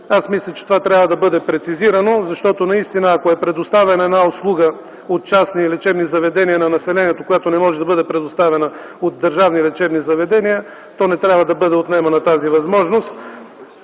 Мисля, че това трябва да бъде прецизирано, защото, ако наистина е предоставена една услуга от частни лечебни заведения на населението, която не може да бъде предоставена от държавни лечебни заведения, то тази възможност